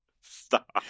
Stop